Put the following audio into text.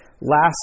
last